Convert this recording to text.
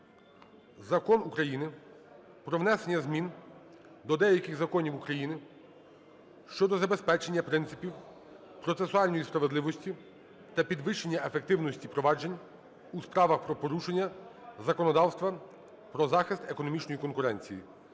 Закон України "Про внесення змін до деяких законів України щодо забезпечення принципів процесуальної справедливості та підвищення ефективності проваджень у справах про порушення законодавства про захист економічної конкуренції"